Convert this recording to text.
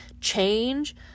change